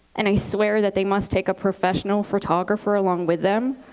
and i swear that they must take a professional photographer along with them,